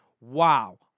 Wow